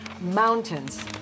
mountains